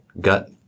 gut